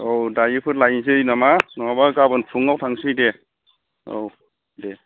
औ दायोफोर लायसै नामा नङाबा गाबोन फुङाव थांसै दे औ दे